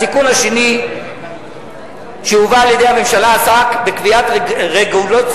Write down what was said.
התיקון השני שהובא על-ידי הממשלה עסק בקביעת רגולציה